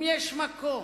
אם יש מקום